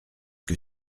que